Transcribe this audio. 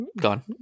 gone